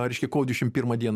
reiškia kovo dvidešimt pirmą dieną